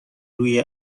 روی